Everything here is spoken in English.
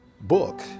book